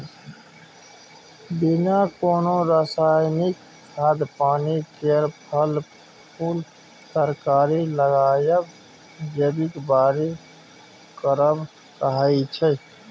बिना कोनो रासायनिक खाद पानि केर फर, फुल तरकारी लगाएब जैबिक बारी करब कहाइ छै